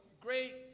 great